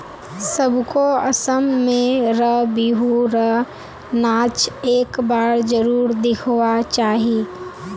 सबको असम में र बिहु र नाच एक बार जरुर दिखवा चाहि